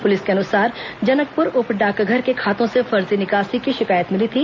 police के अनुसार जनकपुर उप डाकघर में खातों से फर्जी निकासी की शिकायत मिली थी